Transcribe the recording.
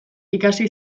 ikasi